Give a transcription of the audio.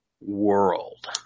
world